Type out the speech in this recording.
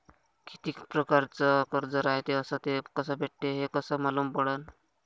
कितीक परकारचं कर्ज रायते अस ते कस भेटते, हे कस मालूम पडनं?